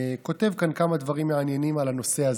כותב כאן כמה דברים מעניינים על הנושא הזה,